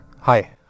hi